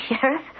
Sheriff